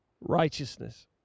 Righteousness